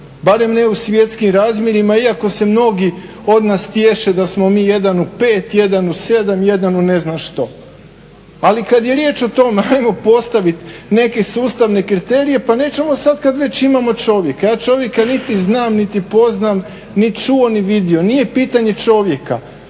barem ne u svjetskim razmjerima iako se mnogi od nas tješe da smo mi jedan u 5, jedan u 7, jedan u ne znam što. Ali kad je riječ o tome, ajmo postaviti neke sustavne kriterije, pa nećemo sad kad već imamo čovjeka. Ja čovjeka niti znam niti poznam niti čuo niti vidio. Nije pitanje čovjeka